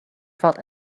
felt